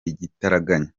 igitaraganya